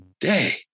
day